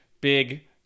big